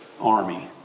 army